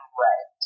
red